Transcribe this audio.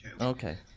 Okay